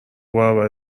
برابر